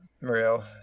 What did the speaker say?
Real